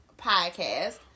podcast